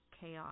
chaos